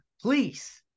please